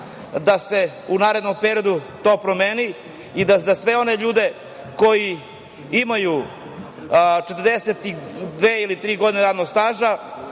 da se u narednom periodu to promeni i da za sve one ljudi koji imaju 42 ili 43 godine radnog staža,